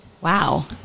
Wow